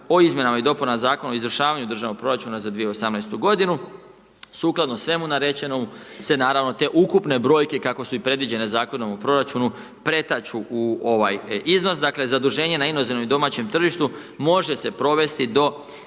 o izmjenama i dopuna Zakona o izvršavanju državnog proračuna za 2018. godinu. Sukladno svemu narečenome se naravno te ukupne brojke, kako su i predviđene Zakonom o proračunu, pretaču u ovaj iznos. Dakle, zaduženje na inozemnom i domaćem tržištu, može se provesti do